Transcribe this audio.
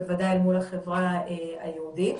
בוודאי מול החברה היהודית.